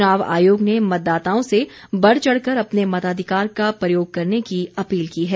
चुनाव आयोग ने मतदाताओं से बढ़चढ़ कर अपने मताधिकार का प्रयोग करने की अपील की है